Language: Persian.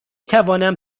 توانم